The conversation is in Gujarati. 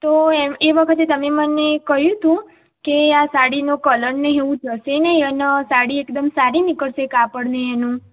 તો એ વખતે તમે મને કહ્યું હતું કે આ સાડીનો કલર ને એવું જશે નહીં અને સાડી એકદમ સારી નીકળશે કાપડ ને એનું